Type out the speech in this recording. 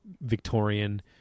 Victorian